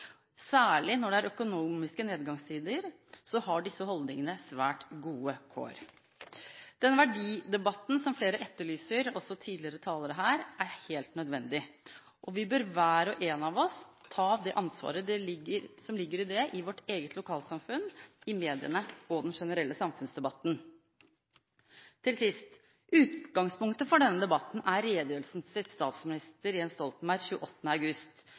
Særlig når det er økonomiske nedgangstider, har disse holdningene svært gode kår. Den verdidebatten som flere etterlyser, også tidligere talere her, er helt nødvendig, og hver og en av oss bør ta det ansvaret som ligger i det – i vårt eget lokalsamfunn, i mediene og i den generelle samfunnsdebatten. Til sist: Utgangspunktet for denne debatten er redegjørelsen til statsminister Jens Stoltenberg 28. august.